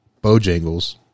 Bojangles